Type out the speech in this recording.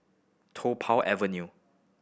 Tung Po Avenue